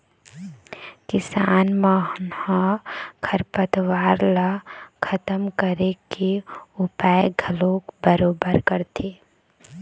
किसान मन ह खरपतवार ल खतम करे के उपाय घलोक बरोबर करथे